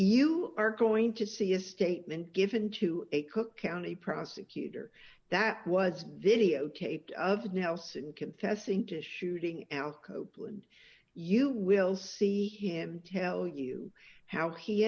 you are going to see a statement given to a cook county prosecutor that was videotaped of nelson confessing to shooting alco and you will see him tell you how he